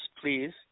please